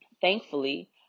thankfully